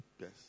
Yes